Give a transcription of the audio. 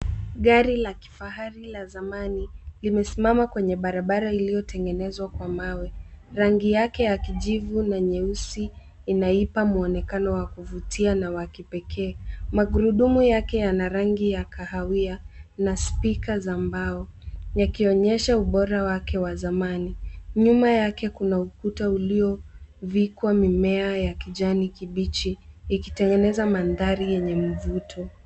Gari la kifahari la zamani limesimama kwenye barabara iliyotengenezwa kwa mawe. Rangi yake ya kijivu na nyeusi inaipa mwonekano wa kuvutia na wa kipekee. Magurudumu yake yana rangi ya kahawia na spika za mbao, likionyesha ubora wake wa zamani, nyuma yake kuna ukuta ulio vikwa mimea ya kijani kibichi ikitengeneza mandhari yenye mvuto.